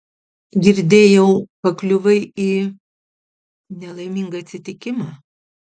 girdėjau pakliuvai į nelaimingą atsitikimą